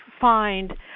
find